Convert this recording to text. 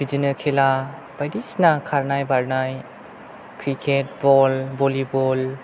बिदिनो खेला बायदिसिना खारनाय बारनाय क्रिकेट बल भलिबल